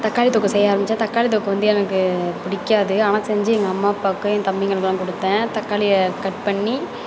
தக்காளி தொக்கு செய்ய ஆரம்பித்தேன் தக்காளி தொக்கு வந்து எனக்கு பிடிக்காது ஆனால் செஞ்சு எங்கள் அம்மா அப்பாவுக்கு என் தம்பிங்களுக்கெலாம் கொடுத்தேன் தக்காளியை கட் பண்ணி